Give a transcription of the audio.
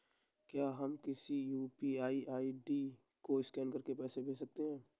क्या हम किसी यू.पी.आई आई.डी को स्कैन करके पैसे भेज सकते हैं?